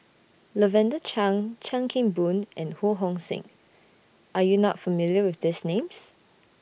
Lavender Chang Chan Kim Boon and Ho Hong Sing Are YOU not familiar with These Names